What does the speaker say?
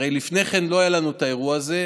הרי לפני כן לא היה לנו האירוע הזה,